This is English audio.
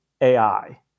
AI